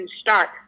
start